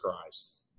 Christ